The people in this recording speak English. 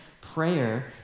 prayer